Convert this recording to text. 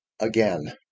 again